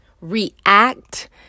react